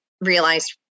realized